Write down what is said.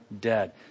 dead